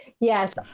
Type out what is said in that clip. Yes